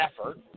effort